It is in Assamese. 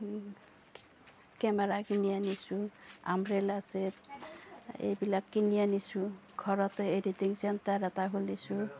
কেমেৰা কিনি আনিছোঁ আম্ব্ৰেলা চেট এইবিলাক কিনি আনিছোঁ ঘৰতে এডিটিং চেণ্টাৰ এটা খুলিছোঁ